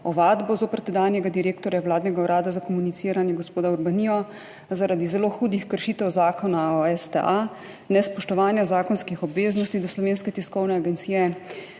ovadbo zoper tedanjega direktorja vladnega urada za komuniciranje gospoda Urbanijo zaradi zelo hudih kršitev Zakona o STA, nespoštovanja zakonskih obveznosti do Slovenske tiskovne agencije.